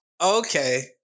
Okay